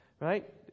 right